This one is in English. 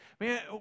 man